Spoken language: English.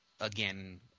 again